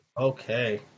Okay